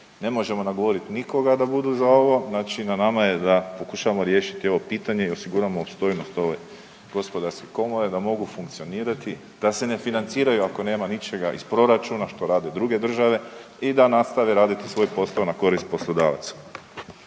ne možemo nagovoriti nikoga da budu za ovo, znači na nama je da pokušamo riješiti ovo pitanje i osiguramo opstojnost ove Gospodarske komore da mogu funkcionirati da se ne financiraju ako nema ničega iz proračuna, što rade druge države, i da nastave raditi svoje poslove na korist poslodavaca.